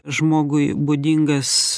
žmogui būdingas